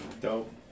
Dope